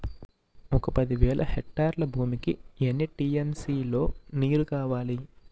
ఒక పది వేల హెక్టార్ల భూమికి ఎన్ని టీ.ఎం.సీ లో నీరు కావాలి?